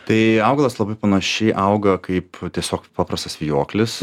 tai augalas labai panašiai auga kaip tiesiog paprastas vijoklis